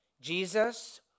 Jesus